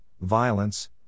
violence